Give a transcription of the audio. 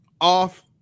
off